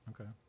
Okay